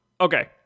okay